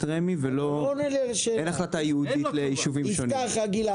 רמ"י ואין החלטה ייעודית לישובים שונים.